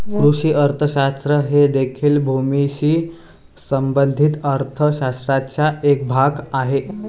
कृषी अर्थशास्त्र हे देखील भूमीशी संबंधित अर्थ शास्त्राचा एक भाग आहे